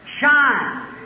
Shine